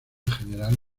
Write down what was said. general